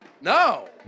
No